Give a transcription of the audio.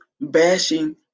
bashing